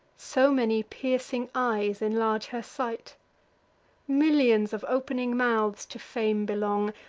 so many piercing eyes inlarge her sight millions of opening mouths to fame belong,